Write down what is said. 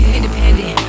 Independent